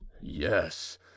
yes